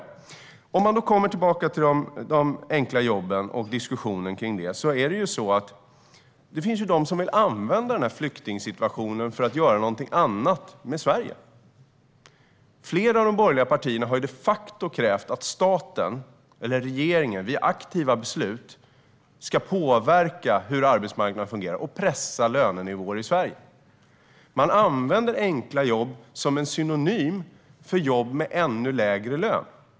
Jag vill återgå till diskussionen om de enkla jobben. Det finns de som vill använda flyktingsituationen för att göra någonting annat med Sverige. Flera av de borgerliga partierna har de facto krävt att staten eller regeringen via aktiva beslut ska påverka hur arbetsmarknaden fungerar och pressa lönenivåer i Sverige. Man använder "enkla jobb" som en synonym för jobb med ännu lägre lön.